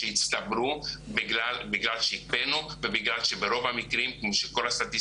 הצענו גם בקשה נוספת שכל מי